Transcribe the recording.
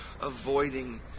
avoiding